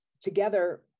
together